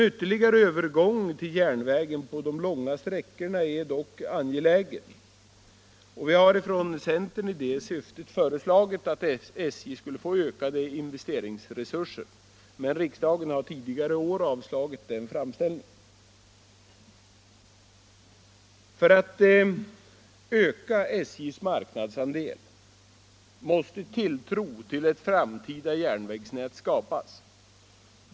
Ytterligare övergång till järnväg på de långa sträckorna är dock angelägen, och vi har från centern i det syftet föreslagit att SJ skulle få ökade investeringsresurser. Riksdagen har tidigare i år avslagit den framställningen. För att öka SJ:s marknadsandel måste tilltro till ett framtida järnvägsnät skapas.